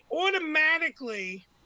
automatically